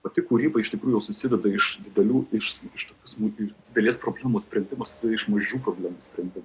pati kūryba iš tikrųjų jau susideda iš didelių iššūkių ir didelės problemos sprendimus jisai iš mažų problemų sprendimų